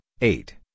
eight